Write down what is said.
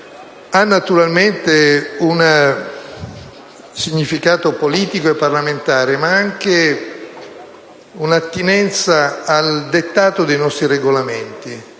ha naturalmente un significato politico e parlamentare, ma anche un'attinenza al dettato dei nostri Regolamenti.